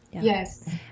Yes